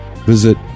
Visit